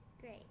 Great